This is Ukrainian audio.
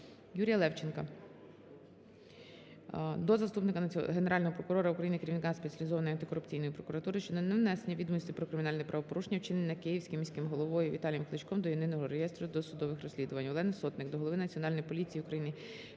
Юрія Левченка до заступника Генерального прокурора України - керівника Спеціалізованої антикорупційної прокуратури щодо невнесення відомостей про кримінальне правопорушення, вчинене Київським міським головою Віталієм Кличком, до Єдиного реєстру досудових розслідувань. Олени Сотник до голови Національної поліції України